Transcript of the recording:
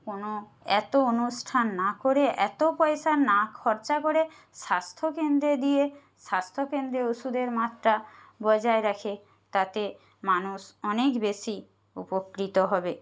কোনো এতো অনুষ্ঠান না করে এতো পয়সা না খরচা করে স্বাস্থ্যকেন্দ্রে দিয়ে স্বাস্থ্যকেন্দ্রে ওষুধের মাত্রা বজায় রাখে তাতে মানুষ অনেক বেশি উপকৃত হবে